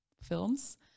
films